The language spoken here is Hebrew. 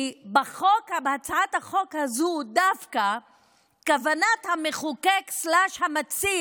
כי בהצעת החוק הזו דווקא כוונת המחוקק/המציע